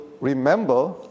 remember